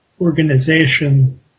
organization